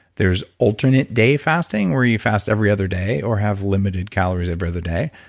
there's alternate day fasting, where you fast every other day, or have limited calories every other day.